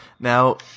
Now